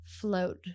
float